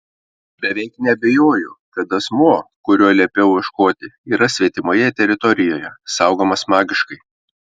beveik neabejoju kad asmuo kurio liepiau ieškoti yra svetimoje teritorijoje saugomas magiškai